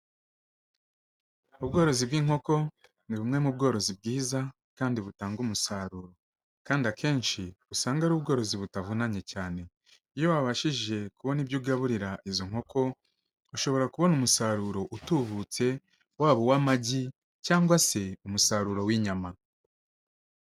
Ubworozi bw'inkoko ni bumwe mu bworozi bwiza kandi butanga umusaruro, kandi akenshi usanga ari ubworozi butavunanye cyane, iyo wabashije kubona ibyo ugaburira izo nkoko, ushobora kubona umusaruro utubutse, waba uw'amagi cyangwa se umusaruro w'inyama.